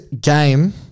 game